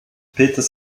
peters